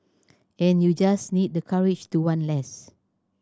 and you just need the courage to want less